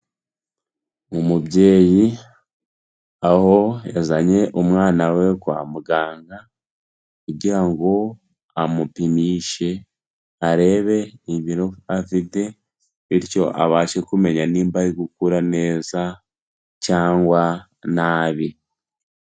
Umubyeyi aho yazanye umwana we kwamuganga kugira ngo amupimishe arebe ibiro afite, bityo abashe kumenya niba ari gukura neza cyangwa nabi.